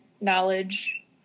knowledge